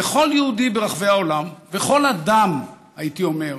וכל יהודי ברחבי העולם, וכל אדם, הייתי אומר,